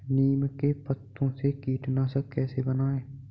नीम के पत्तों से कीटनाशक कैसे बनाएँ?